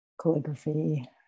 Calligraphy